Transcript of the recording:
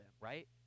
right